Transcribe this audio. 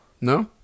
No